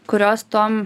kurios tom